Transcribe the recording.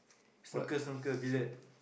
snooker snooker billiard